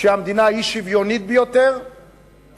שהמדינה היא אי-שוויונית ביותר,